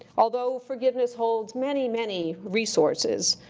although forgiveness holds many, many resources,